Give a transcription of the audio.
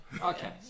Okay